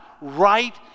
right